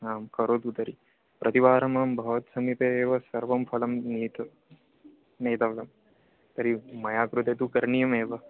आं करोतु तर्हि प्रतिवारमहं भवत्समीपे एव सर्वं फलं नीतः नेतव्यं तर्हि मम कृते तु करणीयमेव